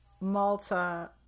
Malta